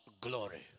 glory